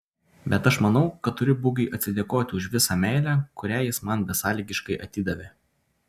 bet aš manau kad turiu bugiui atsidėkoti už visą meilę kurią jis man besąlygiškai atidavė